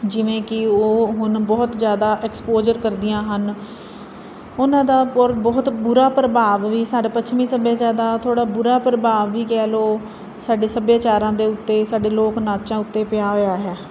ਜਿਵੇਂ ਕਿ ਉਹ ਹੁਣ ਬਹੁਤ ਜਿਆਦਾ ਐਕਸਪੋਜਲ ਕਰਦੀਆਂ ਹਨ ਉਹਨਾਂ ਦਾ ਹੋਰ ਬਹੁਤ ਬੁਰਾ ਪ੍ਰਭਾਵ ਵੀ ਸਾਡੇ ਪੱਛਮੀ ਸੱਭਿਆਚਾਰ ਦਾ ਥੋੜਾ ਬੁਰਾ ਪ੍ਰਭਾਵ ਵੀ ਕਹਿ ਲਓ ਸਾਡੇ ਸੱਭਿਆਚਾਰਾਂ ਦੇ ਉੱਤੇ ਸਾਡੇ ਲੋਕ ਨਾਚਾਂ ਉੱਤੇ ਪਿਆ ਹੋਇਆ ਹੈ